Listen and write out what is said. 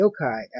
yokai